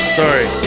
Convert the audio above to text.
sorry